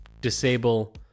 disable